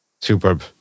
Superb